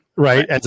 Right